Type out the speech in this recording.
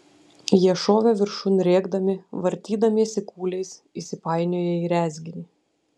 jie šovė viršun rėkdami vartydamiesi kūliais įsipainioję į rezginį